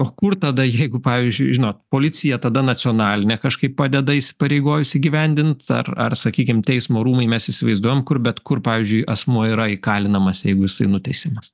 o kur tada jeigu pavyzdžiui žinot policija tada nacionalinė kažkaip padeda įsipareigojusi įgyvendint ar ar sakykim teismo rūmai mes įsivaizduojam kur bet kur pavyzdžiui asmuo yra įkalinamas jeigu jisai nuteisiamas